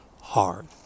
hard